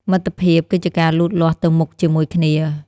មិត្តភាពគឺជាការលូតលាស់ទៅមុខជាមួយគ្នា។